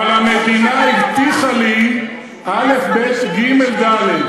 אבל המדינה, הבטיחה לי א', ב', ג', ד'.